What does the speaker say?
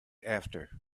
after